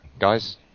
guys